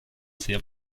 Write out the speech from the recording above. sehr